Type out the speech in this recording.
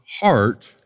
heart